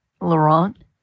Laurent